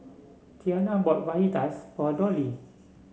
Tianna bought Fajitas for Dolly